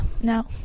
No